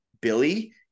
Billy